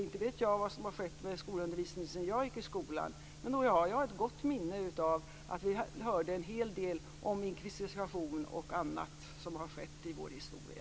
Inte vet jag vad som har skett med skolundervisningen sedan jag i skolan, men nog har jag ett gott minne av att vi fick höra en hel del om inkvisition och annat som har skett i vår historia.